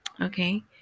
okay